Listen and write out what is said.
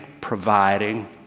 providing